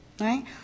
right